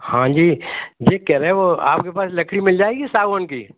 हाँ जी ये कह रहे वो आपके पास लकड़ी मिल जाएगी सागवान की